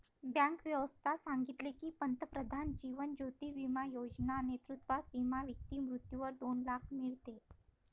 bank व्यवस्था सांगितले की, पंतप्रधान जीवन ज्योती बिमा योजना नेतृत्वात विमा व्यक्ती मृत्यूवर दोन लाख मीडते